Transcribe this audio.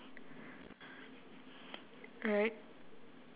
right